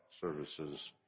services